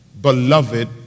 beloved